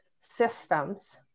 systems